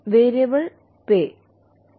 variable pay എന്ന ഈ ആശയം ഉണ്ട്